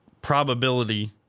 probability